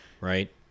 right